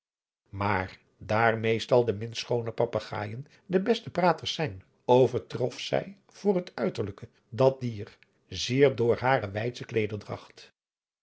maar daar meestal de minst schoone papagaaijen de beste praters zijn overtrof zij voor het uiterlijke dat dier zeer door hare